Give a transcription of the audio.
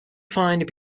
find